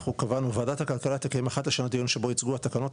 אנחנו קבענו: "ועדת הכלכלה תקיים אחת לשנה דיון שבו יוצגו התקנות,